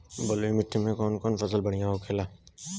बलुई मिट्टी में कौन कौन फसल बढ़ियां होखेला?